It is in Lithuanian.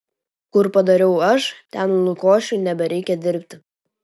kur padarau aš ten lukošiui nebereikia dirbti